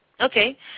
Okay